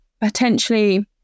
potentially